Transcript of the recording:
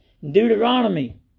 Deuteronomy